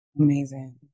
Amazing